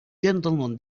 gentlemen